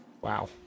Wow